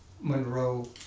Monroe